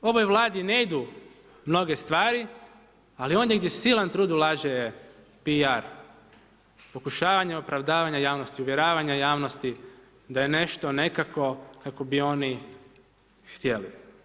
Ovoj Vladi ne idu mnoge stvari, ali ondje gdje silan trud ulaže je PR, pokušavanje opravdavanja javnosti, uvjeravanja javnosti da je nešto nekako kako bi oni htjeli.